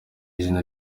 izina